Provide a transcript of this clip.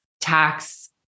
tax